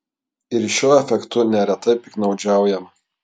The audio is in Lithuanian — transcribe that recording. ir šiuo afektu neretai piktnaudžiaujama